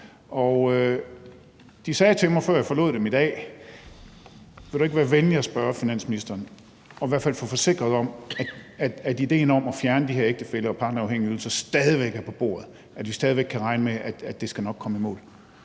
De sagde til mig, før jeg forlod dem i dag: Vil du ikke være venlig at spørge finansministeren og i hvert fald blive forsikret om, at idéen om at fjerne de her ægtefælle- og partnerafhængige ydelser stadig væk er på bordet, og at vi stadig væk kan regne med, at det nok skal komme i mål?